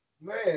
man